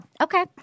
Okay